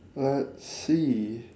let's see